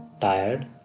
tired